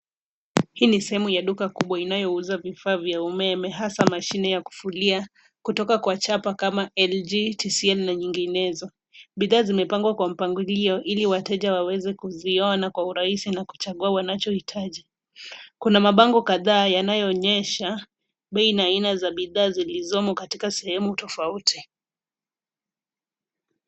Hii ni sehemu ya duka kubwa inayouza vifaa vya umeme hasa mashine ya kufulia kutoka kwa chapa kama LG, TCL na nyinginezo. Bidhaa zimepangwa kwa mpangilio ili wateja waweze kuziona kwa urahisi na kuchagua wanachohitaji. Kuna mabango kadhaa yanayoonyesha bei na aina za bidhaa zilizomo katika sehemu tofauti.